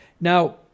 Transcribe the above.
Now